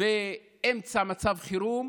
באמצע מצב חירום,